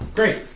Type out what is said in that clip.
Great